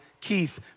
Keith